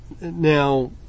now